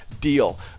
deal